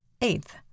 Eighth